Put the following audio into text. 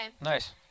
Nice